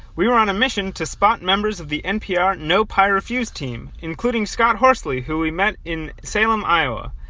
we were on a mission to spot members of the npr no pie refused team, including scott horsley, who we met in salem, iowa.